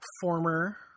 former